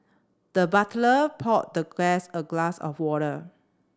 the butler poured the guest a glass of water